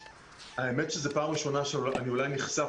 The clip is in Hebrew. האמת שזה פעם ראשונה שאני אולי נחשף,